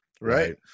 Right